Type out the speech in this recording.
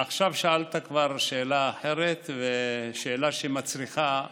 עכשיו שאלת כבר שאלה אחרת, שאלה שמצריכה סקירה.